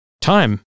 Time